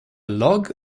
log